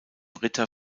ritter